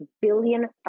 billion